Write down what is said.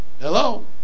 Hello